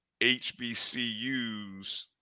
HBCUs